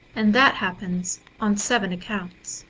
and that happens on seven accounts